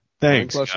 Thanks